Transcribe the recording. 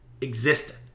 existed